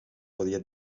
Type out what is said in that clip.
podía